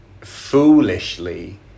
foolishly